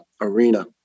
arena